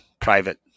private